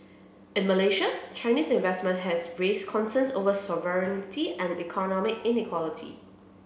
in Malaysia Chinese investment has raised concerns over sovereignty and economic inequality